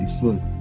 foot